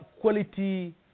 quality